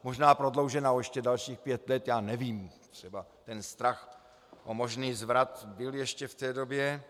Možná prodloužena o ještě dalších pět let, já nevím, třeba ten strach o možný zvrat byl ještě v té době.